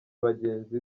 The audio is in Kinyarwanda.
bagenzi